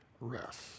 rest